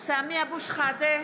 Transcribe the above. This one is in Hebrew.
סמי אבו שחאדה,